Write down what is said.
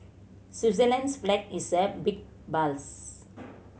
Switzerland's flag is a big plus